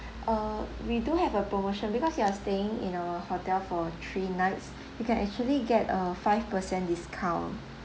err we do have a promotion because you're staying in our hotel for three nights you can actually get a five percent discount